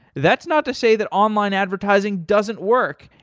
that's not to say that online advertising doesn't work.